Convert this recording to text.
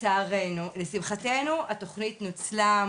לשמחתנו התוכנית נוצלה,